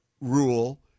rule